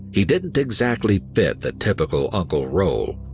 he didn't exactly fit the typical uncle role,